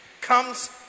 comes